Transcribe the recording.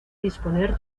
disponer